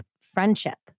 friendship